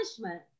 punishment